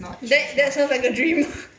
that that sounds like a dream